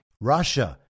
Russia